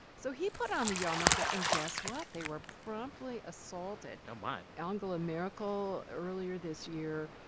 so he put on the yarmulke. and guess what? they were promptly assaulted oh, my angela merkel, earlier this year,